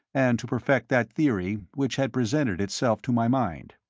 and to perfect that theory which had presented itself to my mind.